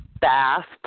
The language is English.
fast